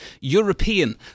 European